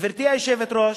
גברתי היושבת-ראש,